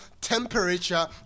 temperature